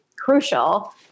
crucial